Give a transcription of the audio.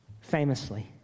famously